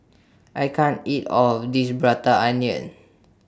I can't eat All of This Prata Onion